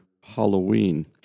Halloween